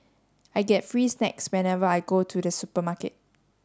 I get free snacks whenever I go to the supermarket